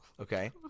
Okay